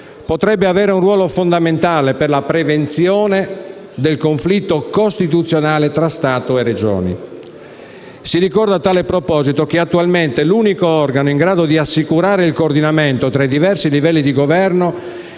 potrebbe avere un ruolo fondamentale per la prevenzione del conflitto costituzionale tra Stato e Regioni. Si ricorda a tale proposito che attualmente l'unico organo in grado di assicurare il coordinamento tra i diversi livelli di governo